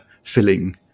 filling